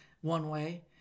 one-way